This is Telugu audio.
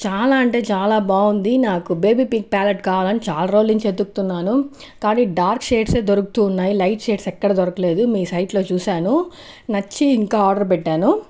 చాలా అంటే చాలా బాగుంది నాకు బేబీ పింక్ ప్యాలెట్ కావాలని చాలా రోజుల నుంచి వెతుకుతున్నాను కానీ డార్క్ షేడ్సె దొరుకుతూ ఉన్నాయి లైట్ షేడ్స్ ఎక్కడ దొరకలేదు మీ సైట్లో చూశాను నచ్చి ఇంకా ఆర్డర్ పెట్టాను